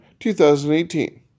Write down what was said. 2018